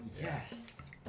Yes